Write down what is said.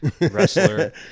wrestler